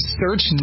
search